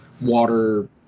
water